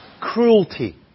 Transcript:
cruelty